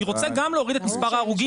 אני גם רוצה להוריד את מספר ההרוגים,